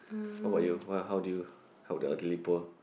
how about you what how do you help the elderly poor